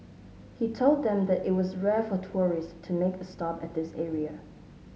he told them that it was rare for tourists to make a stop at this area